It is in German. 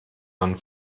man